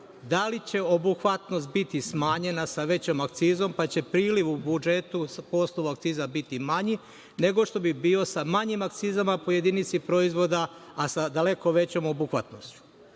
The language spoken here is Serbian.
da li će obuhvatnost biti smanjena sa većom akcizom, pa će priliv u budžetu po osnovu akciza biti manji nego što bi bio sa manjim akcizama po jedinici proizvoda, a sa daleko većom obuhvatnošću. Naša